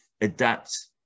adapt